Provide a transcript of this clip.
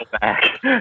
back